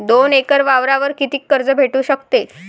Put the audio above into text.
दोन एकर वावरावर कितीक कर्ज भेटू शकते?